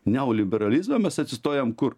neoliberalizmą mes atsistojam kur